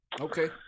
Okay